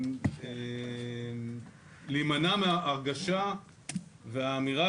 להימנע מההרגשה והאמירה,